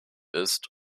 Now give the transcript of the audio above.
ist